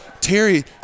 Terry